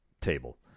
table